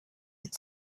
had